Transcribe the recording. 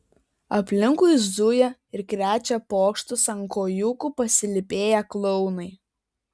aplinkui zuja ir krečia pokštus ant kojūkų pasilypėję klounai